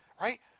Right